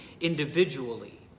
individually